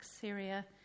Syria